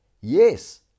Yes